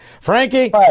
Frankie